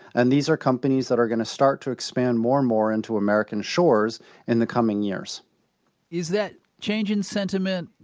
and these are companies that are going to start to expand more and more into american shores in the coming years is that change in sentiment,